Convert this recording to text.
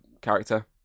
character